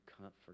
comfort